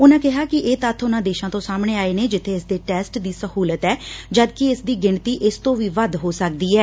ਉਨੂਾਂ ਕਿਹਾ ਕਿ ਇਹ ਤੱਥ ਉਨੂਾਂ ਦੇਸ਼ਾਂ ਤੋਂ ਸਾਹਮਣੇ ਆਏ ਨੇ ਜਿੱਥੇ ਇਸ ਦੇ ਟੈਸਟ ਦੀ ਸਹੂਲਤ ਐ ਜਦਕਿ ਇਸ ਦੀ ਗਿਣਤੀ ਇਸ ਤੋਂ ਵੀ ਵੱਧ ਹੋ ਸਕਦੀ ਐ